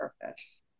purpose